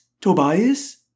Tobias